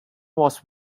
was